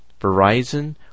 Verizon